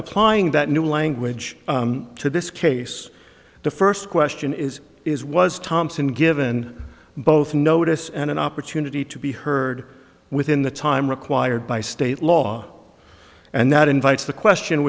applying that new language to this case the first question is is was thompson given both notice and an opportunity to be heard within the time required by state law and that invites the question